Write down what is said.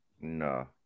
No